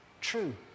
True